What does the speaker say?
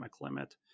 limit